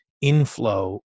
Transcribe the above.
inflow